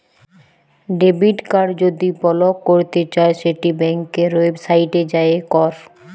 debit card যদি block ক্যরতে চাই সেট ব্যাংকের ওয়েবসাইটে যাঁয়ে ক্যর